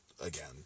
again